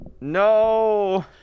No